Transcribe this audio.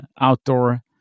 outdoor